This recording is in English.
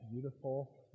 beautiful